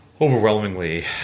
overwhelmingly